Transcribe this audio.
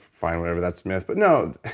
fine. whatever. that's myth, but no.